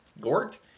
Gort